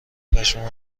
پشمام